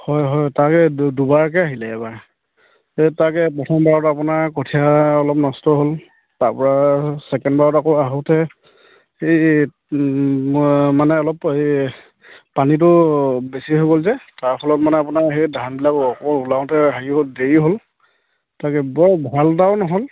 হয় হয় তাকে দুবাৰকে আহিলে এইবাৰ এই তাকে প্ৰথমবাৰত আপোনাৰ কঠীয়া অলপ নষ্ট হ'ল তাৰপৰা ছেকেণ্ড বাৰত আকৌ আহোঁতে এই মানে অলপ এই পানীটো বেছি হৈ গ'ল যে তাৰ ফলত মানে আপোনাৰ সেই ধানবিলাক অকৌ ওলাওঁতে হেৰি দেৰি হ'ল তাকে বৰ ভাল এটাও নহ'ল